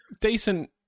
Decent